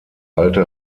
alte